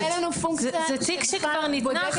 אין לנו פונקציה שבודקת.